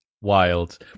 Wild